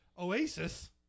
Oasis